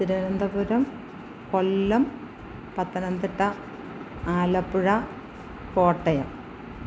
Thiruvananthapuram Kollam Pathanamthitta Alappuzha Kottayam